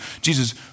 Jesus